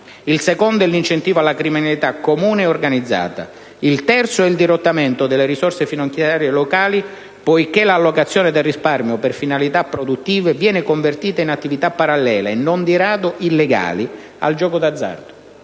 il secondo è l'incentivo alla criminalità comune e organizzata; il terzo è il dirottamento delle risorse finanziarie locali, poiché l'allocazione del risparmio per finalità produttive viene convertita in attività parallele (e non di rado illegali) al gioco d'azzardo.